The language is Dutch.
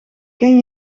ken